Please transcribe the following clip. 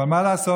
אבל מה לעשות?